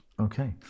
Okay